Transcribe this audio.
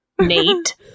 nate